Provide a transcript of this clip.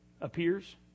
appears